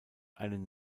einen